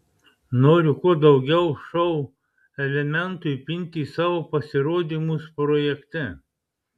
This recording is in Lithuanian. noriu kuo daugiau šou elementų įpinti į savo pasirodymus projekte